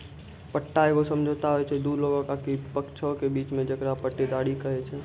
पट्टा एगो समझौता होय छै दु लोगो आकि पक्षों के बीचो मे जेकरा पट्टेदारी कही छै